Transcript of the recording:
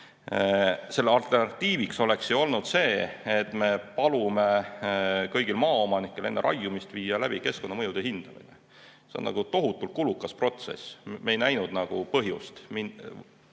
alternatiiviks oleks ju olnud see, et me palume kõigil maaomanikel enne raiumist viia läbi keskkonnamõjude hindamine. See on aga tohutult kulukas protsess. Me ei näinud põhjust